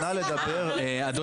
נא לדבר --- יבוא